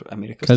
America